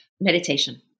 Meditation